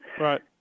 right